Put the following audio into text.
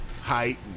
height